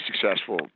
successful